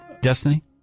Destiny